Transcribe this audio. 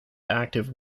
active